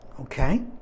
okay